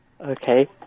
Okay